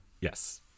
Yes